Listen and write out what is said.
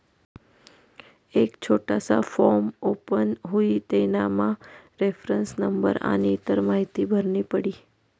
एक छोटासा form open हुई तेनामा रेफरन्स नंबर आनी इतर माहीती भरनी पडी